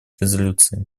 резолюции